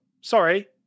sorry